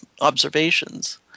observations